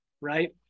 right